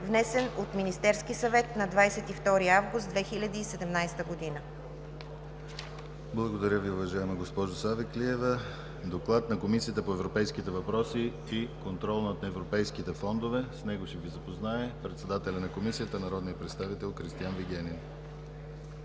внесен от Министерския съвет на 22 август 2017 г.“ ПРЕДСЕДАТЕЛ ДИМИТЪР ГЛАВЧЕВ: Благодаря Ви, уважаема госпожо Савеклиева. Доклад на Комисията по европейските въпроси и контрол на европейските фондове. С него ще Ви запознае председателят на Комисията – народният представител Кристиан Вигенин.